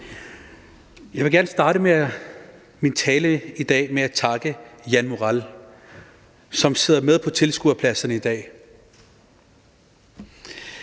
Jeg vil gerne starte min tale i dag med at takke Jan Morell, som sidder og følger med på tilhørerpladserne i dag.